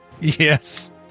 Yes